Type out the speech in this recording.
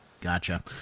Gotcha